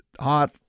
hot